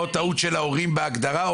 או הטעות של ההורים בהגדרה,